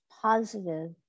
positive